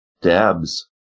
Dabs